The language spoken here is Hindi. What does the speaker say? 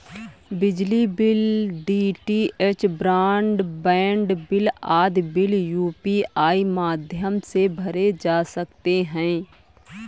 बिजली bill, DTH broadband bill आदि बिल यू.पी.आई माध्यम से भरे जा सकते हैं